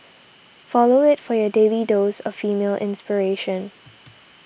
follow it for your daily dose of female inspiration